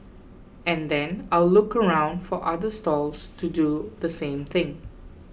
and then I'll look around for other stalls to do the same thing